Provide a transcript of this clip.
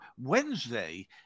Wednesday